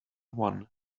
one